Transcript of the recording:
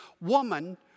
woman